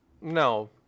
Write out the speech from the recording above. No